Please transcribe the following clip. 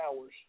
hours